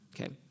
okay